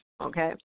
okay